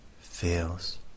feels